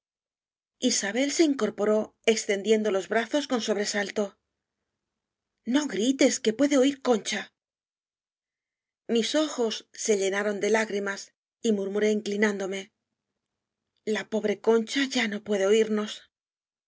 isabel se incorporó extendiendo los brazos con sobresalto no grites que puede oir concha mis ojos se llenaron de lágrimas y murré inclinándome la pobre concha ya no puede oirnos